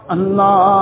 Allah